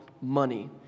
money